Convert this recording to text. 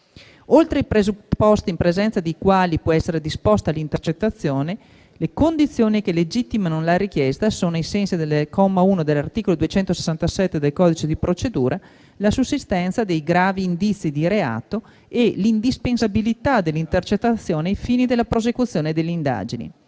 Oltre ai presupposti in presenza dei quali può essere disposta l'intercettazione, le condizioni che legittimano la richiesta sono, ai sensi del comma 1 dell'articolo 267 del codice di procedura, la sussistenza dei gravi indizi di reato e l'indispensabilità dell'intercettazione ai fini della prosecuzione delle indagini.